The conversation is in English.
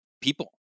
people